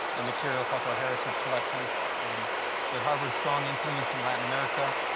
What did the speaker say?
the material cultural heritage collections. and with harvard's strong influence in latin america,